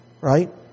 Right